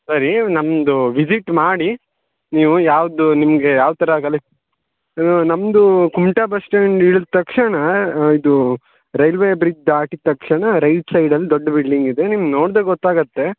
ಸರಿ ನಮ್ದು ವಿಸಿಟ್ ಮಾಡಿ ನೀವು ಯಾವುದು ನಿಮಗೆ ಯಾವ ಥರ ಕಲಿ ನಮ್ದೂ ಕುಮಟ ಬಸ್ ಸ್ಟ್ಯಾಂಡ್ ಇಳ್ದ ತಕ್ಷಣ ಇದೂ ರೈಲ್ವೆ ಬ್ರಿಜ್ ದಾಟಿದ ತಕ್ಷಣ ರೈಟ್ ಸೈಡಲ್ಲಿ ದೊಡ್ಡ ಬಿಲ್ಡಿಂಗ್ ಇದೆ ನಿಮ್ಗೆ ನೋಡಿದ್ರೆ ಗೊತ್ತಾಗುತ್ತೆ